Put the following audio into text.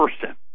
person